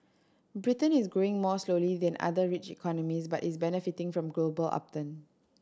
Britain is growing more slowly than other rich economies but is benefiting from global upturn